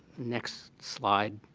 next slide